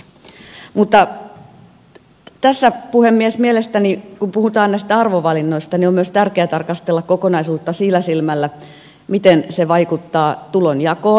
mielestäni tässä puhemies kun puhutaan näistä arvovalinnoista on myös tärkeä tarkastella kokonaisuutta sillä silmällä miten se vaikuttaa tulonjakoon